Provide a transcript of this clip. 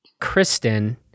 Kristen